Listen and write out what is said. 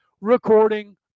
recording